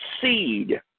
seed